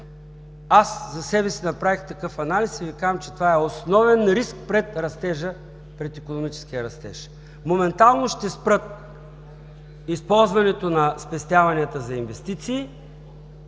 Аз за себе си направих такъв анализ и Ви казвам, че това е основен риск пред икономическия растеж. Моментално ще спрат използването на спестяванията за инвестиции